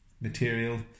material